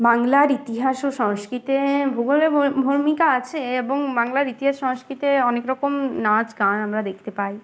বাংলার ইতিহাস ও সংস্কৃতিতে ভূগোলের ভূমিকা আছে এবং বাংলার ইতিহাস সংস্কৃতিতে অনেক রকম নাচ গান আমরা দেখতে পাই